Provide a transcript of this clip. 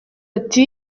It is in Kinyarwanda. ati